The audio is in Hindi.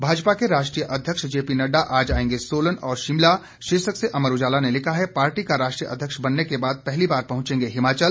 भाजपा के राष्ट्रीय अध्यक्ष जेपी नडडा आज आएंगे सोलन और शिमला शीर्षक से अमर उजाला ने लिखा है पार्टी का राष्ट्रीय अध्यक्ष बनने के बाद पहली बार पहुंचेंगे हिमाचल